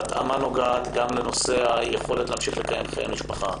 ההתאמה נוגעת גם ליכולת להמשיך לקיים חיי משפחה,